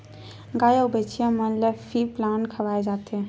गाय अउ बछिया मन ल फीप्लांट खवाए जाथे